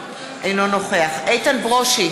אינו נוכח איתן ברושי,